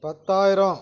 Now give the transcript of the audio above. பத்தாயிரம்